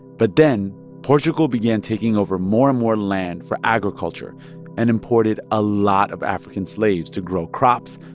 but then portugal began taking over more and more land for agriculture and imported a lot of african slaves to grow crops,